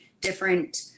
different